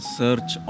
search